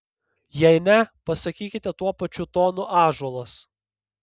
jei ne pasakykite tuo pačiu tonu ąžuolas